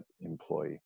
employee